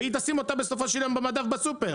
ותשים אותם בסופו של יום במדף בסופר.